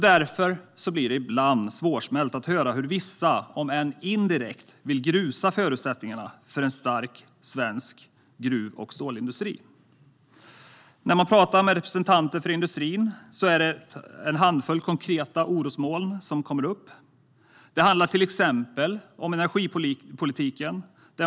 Därför blir det ibland svårsmält att höra hur vissa, om än indirekt, vill grusa förutsättningarna för en stark svensk gruv och stålindustri. När man pratar med representanter för industrin är det en handfull konkreta orosmoln som kommer upp. Det handlar till exempel om energipolitiken.